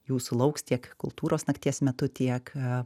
jūsų lauks tiek kultūros nakties metu tiek